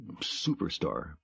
superstar